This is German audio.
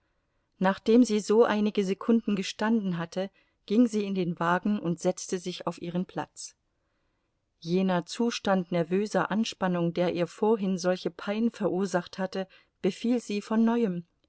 nachdem sie so einige sekunden gestanden hatte ging sie in den wagen und setzte sich auf ihren platz jener zustand nervöser anspannung der ihr vorhin solche pein verursacht hatte befiel sie von neuem